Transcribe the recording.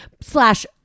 slash